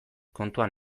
kontuan